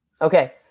Okay